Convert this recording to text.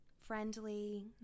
friendly